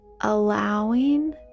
allowing